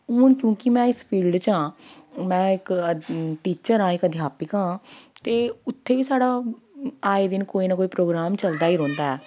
हून क्योंकि में इस फील्ड च आं में इक टीचर आं इक अध्यापिका आं ते उत्थें बी साढ़ा आए दिन कोई ना कोई प्रोग्राम चलदा ई रौहंदा ऐ